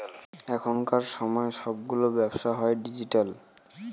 এখনকার সময় সবগুলো ব্যবসা হয় ডিজিটাল